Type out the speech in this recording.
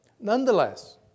Nonetheless